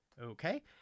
okay